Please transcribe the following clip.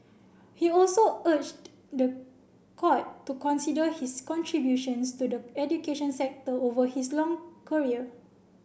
he also urged the court to consider his contributions to the education sector over his long career